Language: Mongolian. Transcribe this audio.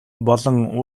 болон